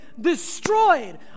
destroyed